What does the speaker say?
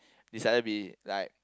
decided to be like